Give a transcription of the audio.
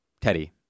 Teddy